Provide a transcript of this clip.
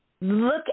look